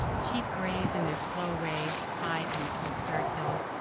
sheep graze in their slow way high on the postcard hill